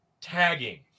tagging